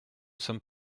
sommes